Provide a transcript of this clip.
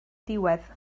diwedd